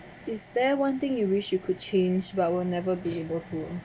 is there one thing you wish you could change but we'll never be able to